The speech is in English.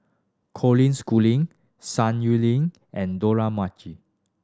Colin Schooling Sun Yuling and Dollah Majid